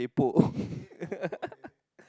kaypo